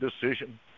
decision